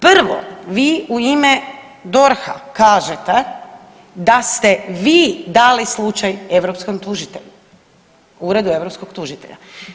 Prvo vi u ime DORH-a kažete da ste vi dali slučaj europskom tužitelju, Uredu europskog tužitelja.